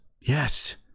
Yes